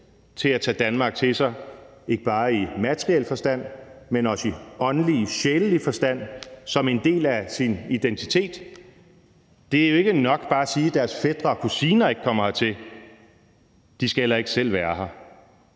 til at tage Danmark til sig, ikke bare i materiel forstand, men også i åndelig og sjælelig forstand, altså som en del af deres identitet. Og så er det jo ikke nok bare at sige, at deres fætre og kusiner ikke må komme hertil; de skal heller ikke selv være her.